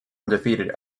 undefeated